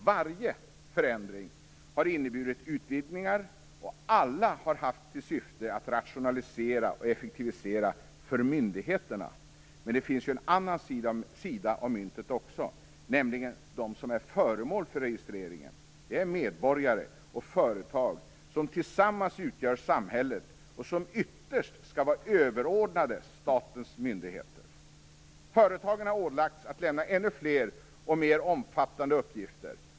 Varje förändring har inneburit utvidgningar, och alla har haft till syfte att rationalisera och effektivisera för myndigheterna. Men det finns också en annan sida av myntet, nämligen de som är föremål för registreringen. Det är medborgare och företag som tillsammans utgör samhället, och som ytterst skall vara överordnade statens myndigheter. Företagen har ålagts att lämna ännu fler och mer omfattande uppgifter.